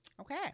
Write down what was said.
Okay